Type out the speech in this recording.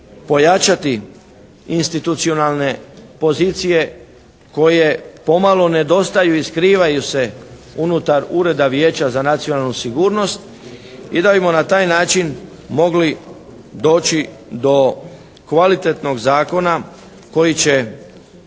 pojačati institucionalne pozicije koje pomalo nedostaju i skrivaju se unutar ureda Vijeća za nacionalnu sigurnost i da bi na taj način mogli doći do kvalitetnog zakona koji će